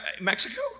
Mexico